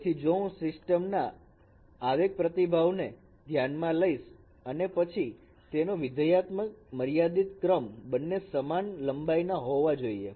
તેથી જો હું સિસ્ટમના આવેગ પ્રતિભાવને ધ્યાનમાં લઈસ અને તેનો વિધેયઆત્મક મર્યાદિત ક્રમ બંને સમાન લંબાઈ ના હોવા જોઈએ